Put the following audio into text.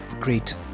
Great